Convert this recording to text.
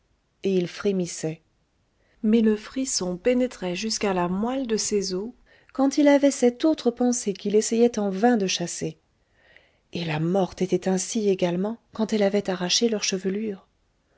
et il frémissait mais le frisson pénétrait jusqu'à la moelle de ses os quand il avait cette autre pensée qu'il essayait en vain de chasser et la morte était ainsi également quand elle avait arraché leurs chevelures